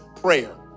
prayer